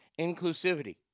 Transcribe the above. Inclusivity